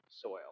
soil